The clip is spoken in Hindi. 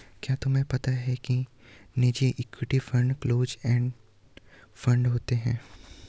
क्या तुम्हें पता था कि निजी equity fund close end fund होते हैं?